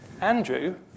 Andrew